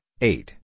eight